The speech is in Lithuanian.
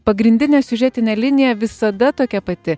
pagrindinė siužetinė linija visada tokia pati